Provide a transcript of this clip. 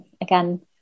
again